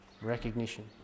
recognition